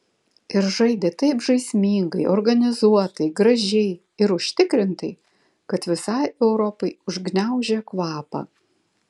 ir žaidė taip žaismingai organizuotai gražiai ir užtikrintai kad visai europai užgniaužė kvapą